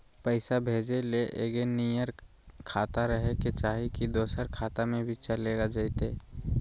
पैसा भेजे ले एके नियर खाता रहे के चाही की दोसर खाता में भी चलेगा जयते?